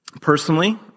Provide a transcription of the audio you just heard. Personally